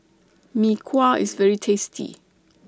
Mee Kuah IS very tasty